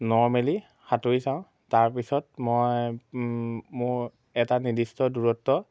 normally সাঁতুৰি চাওঁ তাৰপিছত মই মোৰ এটা নিৰ্দিষ্ট দূৰত্ব